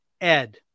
ed